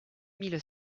mille